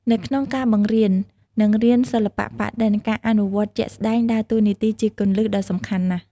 នៅក្នុងការបង្រៀន និងរៀនសិល្បៈប៉ាក់-ឌិន ការអនុវត្តជាក់ស្តែង ដើរតួនាទីជាគន្លឹះដ៏សំខាន់ណាស់។